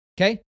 Okay